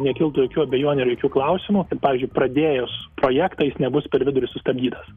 nekiltų jokių abejonių ar jokių klausimų pavyzdžiui pradėjus projektą jis nebus per vidurį sustabdytas